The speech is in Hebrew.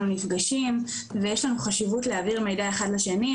נפגשים ויש לנו חשיבות להעביר מידע אחד לשני.